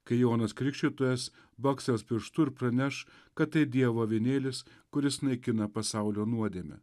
kai jonas krikštytojas bakstels pirštu ir praneš kad tai dievo avinėlis kuris naikina pasaulio nuodėmę